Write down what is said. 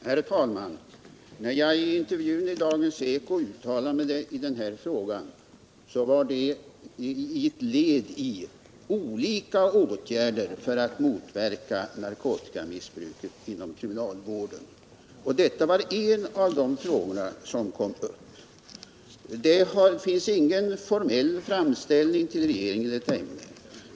Herr talman! När jag i intervjun i Dagens eko uttalade mig i denna fråga var det ett led i olika åtgärder för att motverka narkotikamissbruket inom kriminalvården. Det var en av de frågor som kom upp. Det finns ingen formell framställning till regeringen i detta ämne.